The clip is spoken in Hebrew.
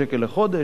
780 שקלים לחודש,